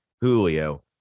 Julio